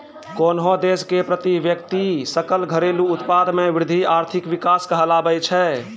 कोन्हो देश के प्रति व्यक्ति सकल घरेलू उत्पाद मे वृद्धि आर्थिक विकास कहलाबै छै